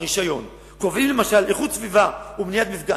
לשם קבלת רשיון,